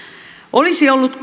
olisi ollut